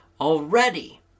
already